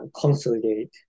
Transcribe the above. consolidate